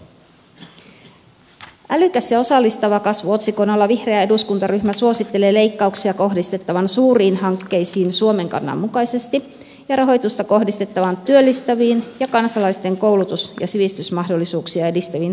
älykäs ja osallistava kasvu otsikon alla vihreä eduskuntaryhmä suosittelee leikkauksia kohdistettavan suuriin hankkeisiin suomen kannan mukaisesti ja rahoitusta kohdistettavan työllistäviin ja kansalaisten koulutus ja sivistysmahdollisuuksia edistäviin hankkeisiin